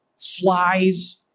flies